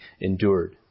endured